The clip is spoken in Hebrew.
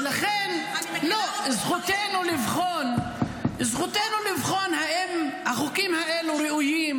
ולכן, זכותנו לבחון אם החוקים האלה ראויים